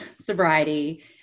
sobriety